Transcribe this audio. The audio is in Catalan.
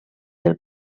del